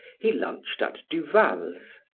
he lunched at duval's,